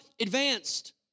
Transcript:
advanced